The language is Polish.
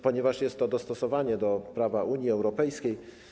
Ponieważ jest to dostosowanie do prawa Unii Europejskiej.